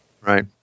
Right